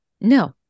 No